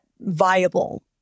viable